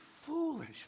foolish